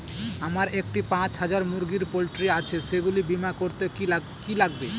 আমার একটি পাঁচ হাজার মুরগির পোলট্রি আছে সেগুলি বীমা করতে কি লাগবে?